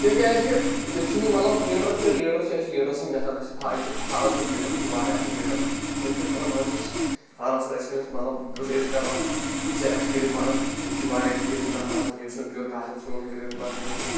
تِکیازِ کہ ییٚتہِ چھُنہٕ مطلب لیٖڈَر چھُ لیٖڈَر چھِ أسۍ چھِ لیٖڈرَس نِش گژھان أسۍ چھِ فا ییٚتہِ چھِ فاروق صٲب لیٖڈَر سُہ چھِ واریاہ اَصٕل لیٖڈَر تٔمِس چھِ أسۍ وَنان دَپان چھِس فاروق صٲب أسۍ چھِ تٔمِس مطلب گُزٲرِش کَران زِ اَسہِ کٔریوٗ مَدد ییٚتہِ چھُ واریاہ غریٖب تہِ نَفَر آسان یُس نہٕ بِچور کال چن سیُٚن ہیٚکہِ رٔنِتھ بَتہٕ ہیٚکہِ رٔنِتھ